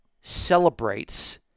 celebrates